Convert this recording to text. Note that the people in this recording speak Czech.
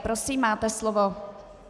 Prosím, máte slovo.